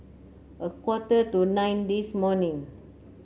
a quarter to nine this morning